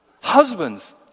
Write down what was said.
husbands